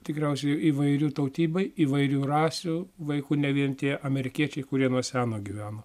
tikriausiai įvairių tautybai įvairių rasių vaikų ne vien tie amerikiečiai kurie nuo seno gyveno